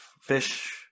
fish